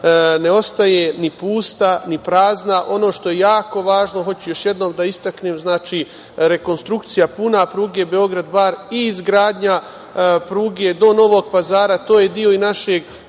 ne ostaje ni pusta ni prazna. Ono što je jako važno, hoću još jednom da istaknem, znači rekonstrukcija pruge Beograd-Bar, izgradnja pruge do Novog Pazara, to je deo našeg